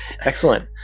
Excellent